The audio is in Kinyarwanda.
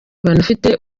banafite